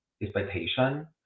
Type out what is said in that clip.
expectation